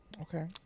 okay